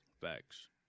facts